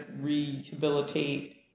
rehabilitate